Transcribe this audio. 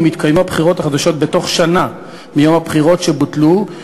אם התקיימו הבחירות החדשות בתוך שנה מיום הבחירות שבוטלו,